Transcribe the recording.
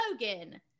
Logan